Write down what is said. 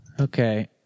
Okay